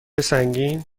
سنگین